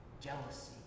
Jealousy